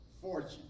fortune